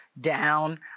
down